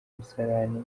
musarani